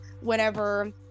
whenever